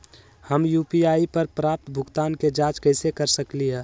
हम यू.पी.आई पर प्राप्त भुगतान के जाँच कैसे कर सकली ह?